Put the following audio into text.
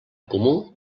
comú